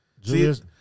Julius